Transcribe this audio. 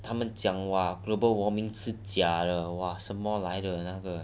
他们讲 !wah! global warming 是假的 !wah! 什么来的那个